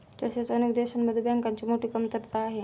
तसेच अनेक देशांमध्ये बँकांची मोठी कमतरता आहे